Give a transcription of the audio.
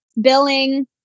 billing